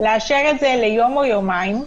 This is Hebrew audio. לאשר את זה ליום או יומיים,